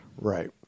Right